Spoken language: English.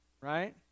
Right